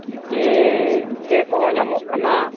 ᱡᱮ ᱤᱛᱟᱹ ᱠᱚᱦᱚᱸ ᱧᱟᱢᱚᱜ ᱠᱟᱱᱟ